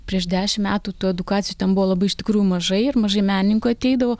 prieš dešim metų tų edukacijų ten buvo labai iš tikrųjų mažai ir mažai menininkų ateidavo